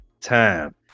time